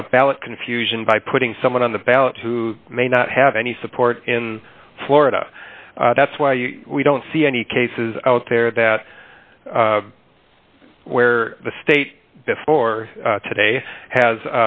ballot confusion by putting someone on the ballot who may not have any support in florida that's why we don't see any cases out there that where the state before today has